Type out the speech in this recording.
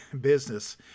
business